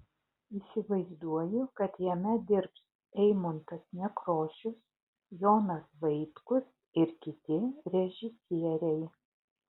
įsivaizduoju kad jame dirbs eimuntas nekrošius jonas vaitkus ir kiti režisieriai